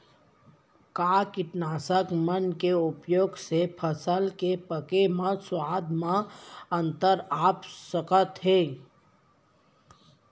का कीटनाशक मन के उपयोग से फसल के पके म स्वाद म अंतर आप सकत हे?